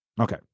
Okay